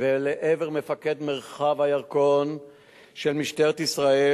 ולעבר מפקד מרחב הירקון של משטרת ישראל,